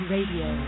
Radio